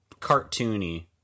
cartoony